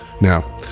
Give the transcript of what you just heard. now